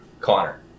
Connor